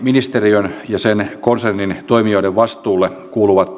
sairaus ja sen konsernin toimijoiden vastuulle kuuluvat